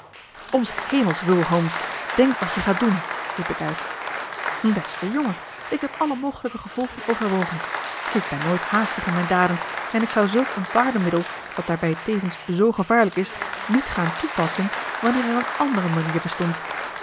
om s hemels wil holmes denk wat je gaat doen riep ik uit beste jongen ik heb alle mogelijke gevolgen overwogen ik ben nooit haastig in mijn daden en ik zou zulk een paardenmiddel dat daarbij tevens zoo gevaarlijk is niet gaan toepassen wanneer er een andere manier bestond